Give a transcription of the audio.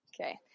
Okay